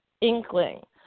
inkling